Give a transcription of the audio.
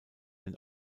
den